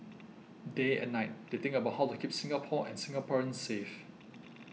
day and night they think about how to keep Singapore and Singaporeans safe